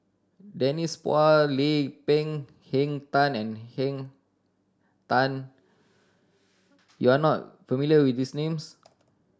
Denise Phua Lay Peng Henn Tan and Henn Tan you are not familiar with these names